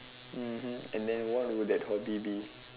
mmhmm and then what would that hobby be